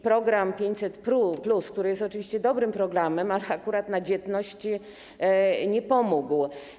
Program 500+, który jest oczywiście dobrym programem, akurat na dzietność nie pomógł.